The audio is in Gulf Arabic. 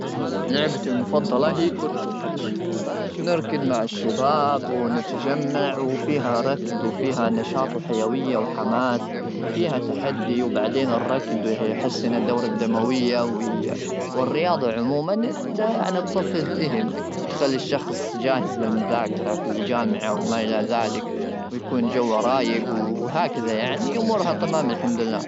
لعبتي المفضله كره القدم نركض مع الشباب ونتجمع وفيها ركض وفيها نشاط وحيويه وحماس وفيها تحدي وبعدين الركض يحسن الدوره الدمويه والرياضه عموما يعني تصفي الذهن تخلي الشخص جاهز للمذاكره في الجامعه وما الى ذلك ويكون الجو رايق وهكذا يعني امورها تمام الحمد لله